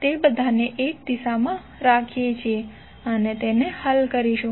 તે બધાને એક દિશામાં રાખીએ છીએ અને તેને હલ કરીશું